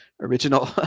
original